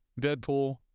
deadpool